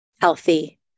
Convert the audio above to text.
healthy